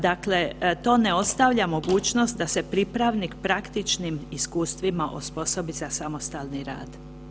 Dakle, to ne ostavlja mogućnost da se pripravnik praktičnim iskustvima osposobi za samostalni rad.